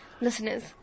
listeners